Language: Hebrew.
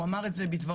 הוא אמר את זה בדבריו.